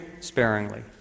sparingly